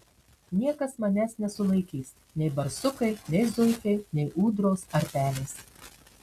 niekas manęs nesulaikys nei barsukai nei zuikiai nei ūdros ar pelės